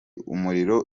umuriro